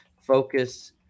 focus